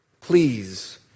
Please